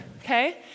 okay